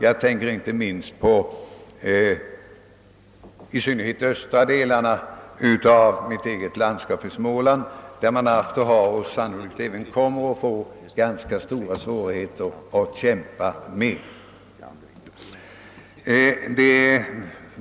Jag tänker inte minst på de östra delarna av mitt eget landskap Småland, där man har och även sannolikt kommer att få ganska stora svårigheter att kämpa med.